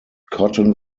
cotton